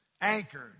anchored